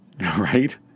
right